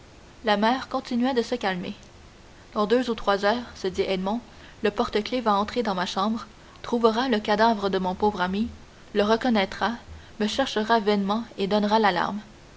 la mer continuait de se calmer dans deux ou trois heures se dit edmond le porte-clefs va entrer dans ma chambre trouvera le cadavre de mon pauvre ami le reconnaîtra me cherchera vainement et donnera l'alarme